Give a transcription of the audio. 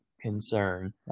concern